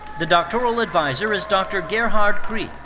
the doctoral adviser is dr. gerhard krige.